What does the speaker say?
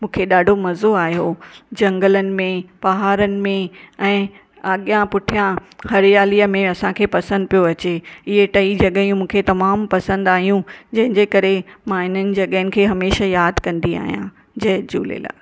मूंखे ॾाढो मज़ो आयो जंगलनि में पहाड़नि में ऐं अॻियां पुठियां हरियालीअ में असांखे पसंदि पियो अचे इहे टई जॻहियूं मूंखे तमामु पसंदि आहियूं जंहिंजे करे मां इननि जॻहियुनि खे हमेशह यादि कंदी आहियां जय झूलेलाल